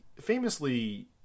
famously